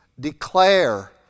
Declare